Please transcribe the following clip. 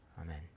Amen